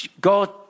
God